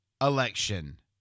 election